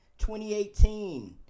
2018